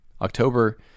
October